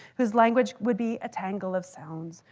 whose language would be a tangle of sounds,